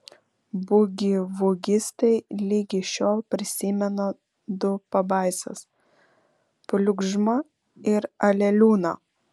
bugivugistai ligi šiol prisimena du pabaisas pliugžmą ir aleliūną